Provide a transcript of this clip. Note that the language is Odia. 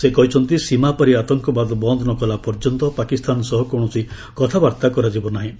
ସେ କହିଛନ୍ତି ସୀମାପାରି ଆତଙ୍କବାଦ ବନ୍ଦ ନକଲା ପର୍ଯ୍ୟନ୍ତ ପାକିସ୍ତାନ ସହ କୌଣସି କଥାବାର୍ତ୍ତା କରାଯିବ ନାହିଁ